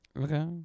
Okay